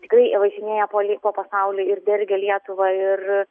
tikrai važinėja po lie po pasaulį ir dergia lietuvą ir